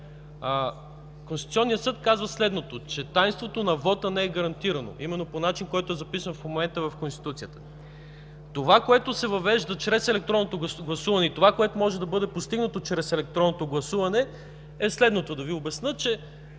Конституционният съд казва следното, че тайнството на вота не е гарантирано, именно по начин, който е записан в момента в Конституцията. Това, което се въвежда и това, което може да бъде постигнато чрез електронното гласуване, е следното. Да Ви обясня. Не